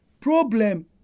Problem